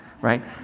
right